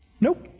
Nope